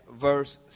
verse